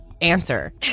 answer